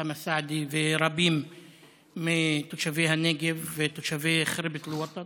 אוסאמה סעדי ורבים מתושבי הנגב ותושבי ח'רבת אל-וטן